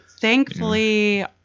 Thankfully